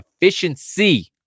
efficiency